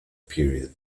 period